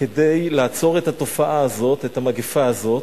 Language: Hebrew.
כדי לעצור את התופעה הזאת, את המגפה הזאת,